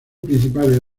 principal